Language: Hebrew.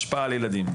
השפעה על ילדים,